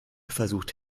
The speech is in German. versucht